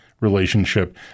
relationship